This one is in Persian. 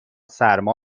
سرما